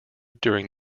during